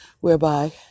whereby